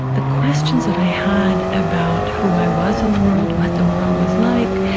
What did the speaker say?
the questions that i had about who i was in the world, what the world was like,